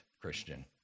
Christian